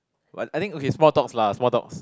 but I think okay small dogs lah small dogs